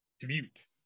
commute